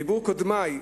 דיברו קודמי,